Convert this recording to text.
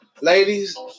ladies